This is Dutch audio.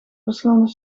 verschillende